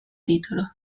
titolo